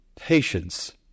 patience